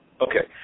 okay